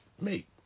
mate